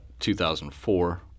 2004